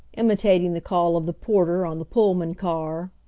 imitating the call of the porter on the pullman car.